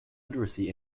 literacy